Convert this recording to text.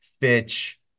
Fitch